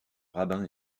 rabbin